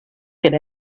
get